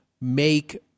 make